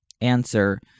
answer